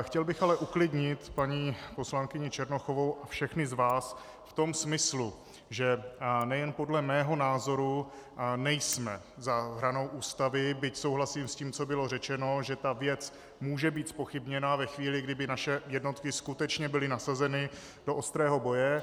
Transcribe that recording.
Chtěl bych ale uklidnit paní poslankyni Černochovou a všechny z vás v tom smyslu, že nejen podle mého názoru nejsme za hranou Ústavy, byť souhlasím s tím, co bylo řečeno, že ta věc může být zpochybněna ve chvíli, kdy by naše jednotky skutečně byly nasazeny do ostrého boje.